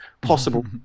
possible